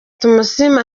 tumusiime